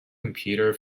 computer